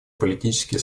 политические